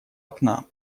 окна